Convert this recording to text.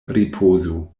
ripozu